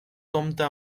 compta